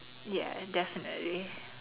ya definitely